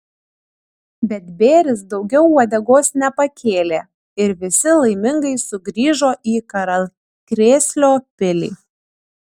bet bėris daugiau uodegos nepakėlė ir visi laimingai sugrįžo į karalkrėslio pilį